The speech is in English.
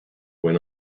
went